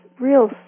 real